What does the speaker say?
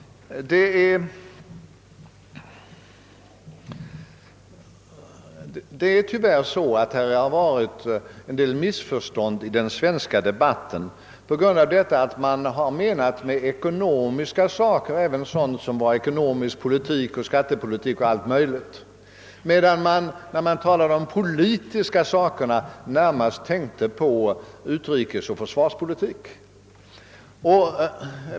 Tyvärr har det förekommit en del missförstånd i den svenska debatten på grund av att man med ekonomiska frågor har menat även sådant som ekonomisk politik och skattepolitik, medan man, när man talat om politiska frågor, närmast har tänkt på utrikesoch försvarspolitik.